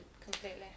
Completely